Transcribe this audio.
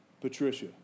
Patricia